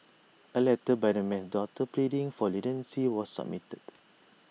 A letter by the man's daughter pleading for leniency was submitted